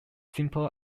simple